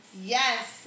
Yes